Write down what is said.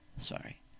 sorry